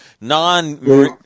non